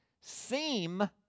seem